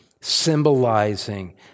symbolizing